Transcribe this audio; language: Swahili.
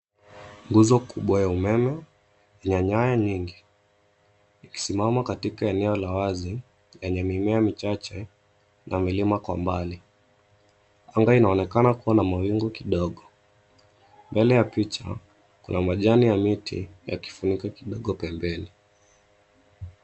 Nguzo kubwa ya umeme ina nyaya nyingi ikisimama katika eneo la wazi penye mimea michache na milima kwa mbali. Anga inaonekana kuwa na mawingu kidogo. Mbele ya picha, kuna majani ya miti yakifunika kidogo pembeni.